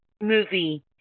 movie